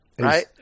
Right